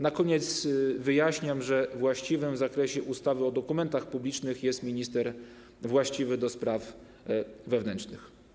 Na koniec wyjaśniam, że ministrem właściwym w zakresie ustawy o dokumentach publicznych jest minister właściwy do spraw wewnętrznych.